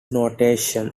notion